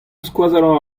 skoazellañ